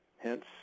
Hence